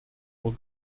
uhr